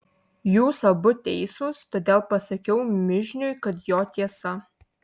jūs abu teisūs todėl pasakiau mižniui kad jo tiesa